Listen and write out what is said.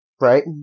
Right